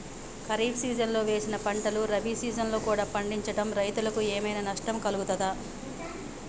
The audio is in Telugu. ఖరీఫ్ సీజన్లో వేసిన పంటలు రబీ సీజన్లో కూడా పండించడం రైతులకు ఏమైనా నష్టం కలుగుతదా?